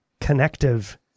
connective